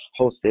hosted